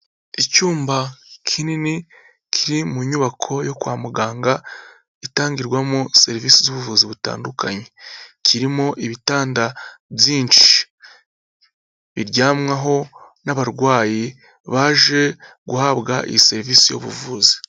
Icyumba kinini kiri mu nyubako yo kwa muganga itangirwamo serivisi z'ubuvuzi butandukanye, kirimo ibitanda byinshi biryamwaho n'abarwayi baje guhabwa iyi serivisi y'ubuvuzi.